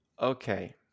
okay